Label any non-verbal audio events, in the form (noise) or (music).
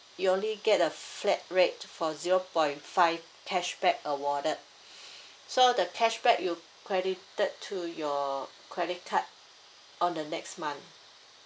you only get a flat rate for zero point five cashback awarded (breath) so the cashback you credited to your credit card on the next month